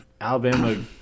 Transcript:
Alabama